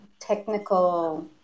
technical